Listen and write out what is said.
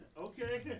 Okay